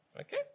Okay